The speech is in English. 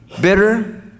bitter